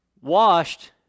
Washed